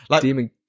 Demon